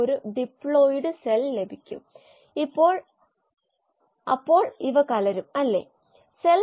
ഉദാഹരണത്തിന് ബ്രെഡിൽ വളരുന്ന ഒരു സാധാരണ മോൾഡ് ആണ് ആസ്പർജില്ലസ് നൈഗർ